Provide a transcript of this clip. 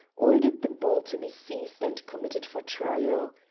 ordered the bull to be seized and committed for trial.